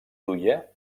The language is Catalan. duia